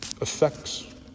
affects